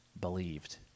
believed